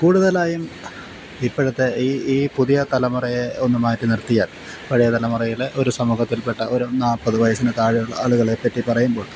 കൂടുതലായും ഇപ്പോഴത്തെ ഈ ഈ പുതിയ തലമുറയെ ഒന്നു മാറ്റി നിർത്തിയാൽ പഴയ തലമുറയിൽ ഒരു സമൂഹത്തിൽപ്പെട്ട ഒരു നാല്പത് വയസ്സിന് താഴെയുള്ള ആളുകളെപ്പറ്റി പറയുമ്പോൾ